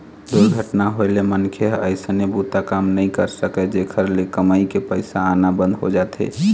दुरघटना होए ले मनखे ह अइसने बूता काम नइ कर सकय, जेखर ले कमई के पइसा आना बंद हो जाथे